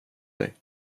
dig